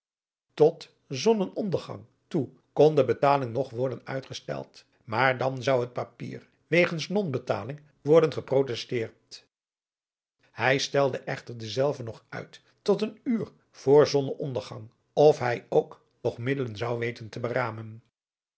tot zonnenondergang toe kon de betaling nog worden uitgesteld maar dan zou het papier wegens non betaling worden geprotesteerd hij stelde echter dezelve nog uit tot een uur voor zonnenondergang of hij ook nog middelen zou weten te beramen